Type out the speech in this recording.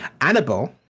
Annabelle